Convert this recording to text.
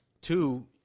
Two –